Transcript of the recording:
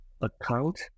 account